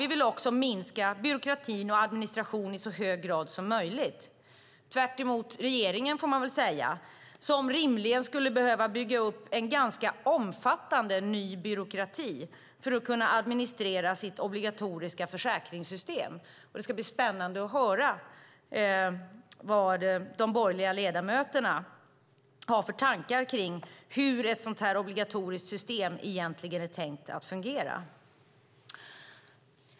Vi vill också minska byråkratin och administrationen i så hög grad som möjligt - tvärtemot regeringen, får man väl säga, som rimligen skulle behöva bygga upp en ganska omfattande ny byråkrati för att kunna administrera sitt obligatoriska försäkringssystem. Det ska bli spännande att höra vad de borgerliga ledamöterna har för tankar kring hur ett sådant obligatoriskt system egentligen är tänkt att fungera.